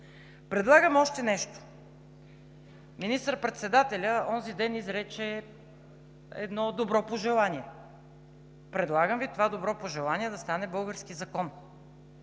Предлагаме още нещо. Министър-председателят онзи ден изрече едно добро пожелание. Предлагам Ви това добро пожелание да стане български закон.